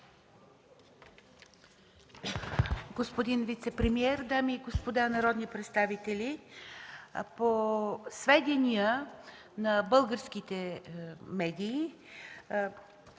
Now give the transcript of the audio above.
Господин вицепремиер, дами и господа народни представители! По сведение на българските медии